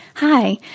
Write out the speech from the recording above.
Hi